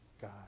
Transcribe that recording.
God